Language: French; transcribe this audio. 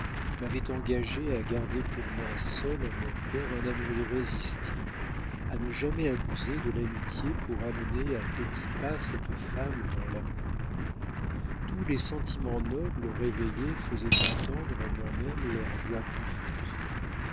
m'avait engagé à garder pour moi seul en mon cœur un amour irrésistible à ne jamais abuser de l'amitié pour amener à petits pas cette femme dans l'amour tous les sentiments nobles réveillés faisaient entendre en moi-même leurs voix confuses